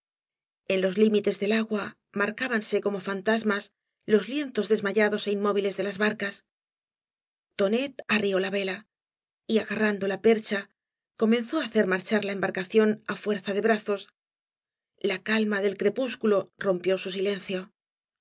ibákbe los limites del agua madreábanse como fantasmas los lienzos desmayados é inmóviles de las barcas tonet arrió la vela y agarrando la percha comenzó á hacer marchar la embarcación á fuerza de brazos la calma del crepúsculo rompió su